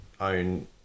own